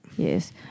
Yes